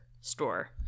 store